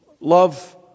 love